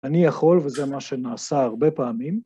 אני יכול וזה מה שנעשה הרבה פעמים.